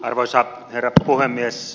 arvoisa herra puhemies